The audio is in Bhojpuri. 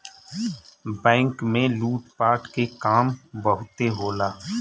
बैंक में लूट पाट के काम बहुते होला